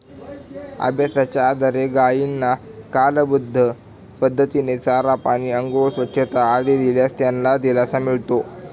अभ्यासाच्या आधारे गायींना कालबद्ध पद्धतीने चारा, पाणी, आंघोळ, स्वच्छता आदी दिल्यास त्यांना दिलासा मिळतो